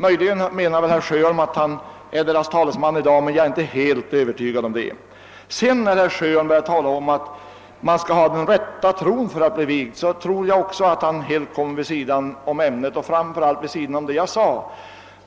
Möjligen menade herr Sjöholm att han är deras talesman i dag, men jag är inte helt övertygad om att han är det. När herr Sjöholm säger att man måste ha den rätta tron för att bli vigd, kommer han vid sidan om ämnet" och fråmför allt vid sidan om det jag yttrade. Vad som